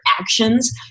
actions